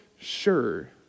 sure